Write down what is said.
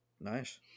Nice